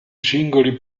singoli